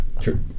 true